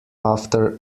after